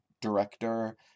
director